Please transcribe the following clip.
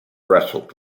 wrestled